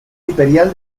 imperial